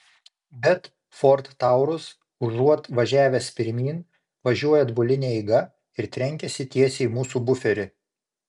bet ford taurus užuot važiavęs pirmyn važiuoja atbuline eiga ir trenkiasi tiesiai į mūsų buferį